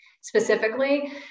specifically